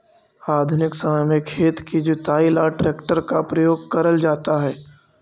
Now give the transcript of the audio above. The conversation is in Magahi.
आधुनिक समय में खेत की जुताई ला ट्रैक्टर का प्रयोग करल जाता है